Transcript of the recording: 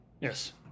yes